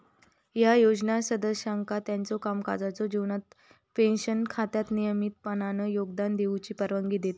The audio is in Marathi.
ह्या योजना सदस्यांका त्यांच्यो कामकाजाच्यो जीवनात पेन्शन खात्यात नियमितपणान योगदान देऊची परवानगी देतत